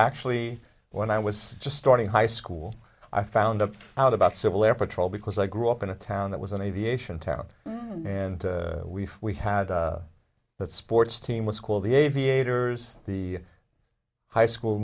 actually when i was just starting high school i found out about civil air patrol because i grew up in a town that was an aviation town and we we had that sports team was called the aviators the high school